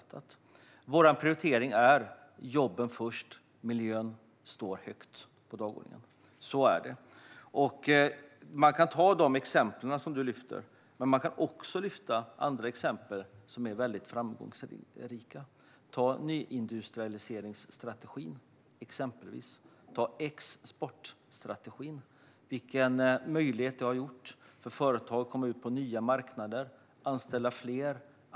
Även om vi prioriterar jobben högst står miljön också högt på vår dagordning. Man kan ta de exempel som du lyfter fram, Penilla Gunther. Men man kan också lyfta fram andra exempel, som är framgångsrika. Till exempel har nyindustrialiseringsstrategin och exportstrategin möjliggjort för företag att komma ut på nya marknader och anställa fler.